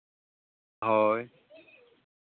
ᱦᱳᱭ